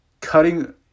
cutting